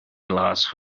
glas